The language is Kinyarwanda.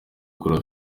kureba